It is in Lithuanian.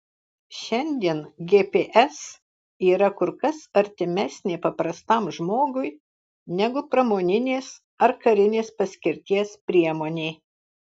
šiandien gps yra kur kas artimesnė paprastam žmogui negu pramoninės ar karinės paskirties priemonė